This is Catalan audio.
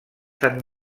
sant